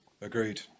agreed